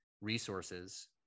resources